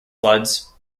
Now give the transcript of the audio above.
floods